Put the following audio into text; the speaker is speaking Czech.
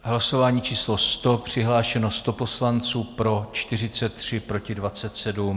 Hlasování číslo 100, přihlášeno 100 poslanců, pro 43, proti 27.